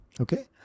Okay